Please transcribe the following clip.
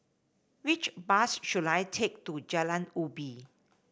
which bus should I take to Jalan Ubi